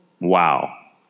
Wow